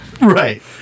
Right